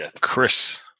Chris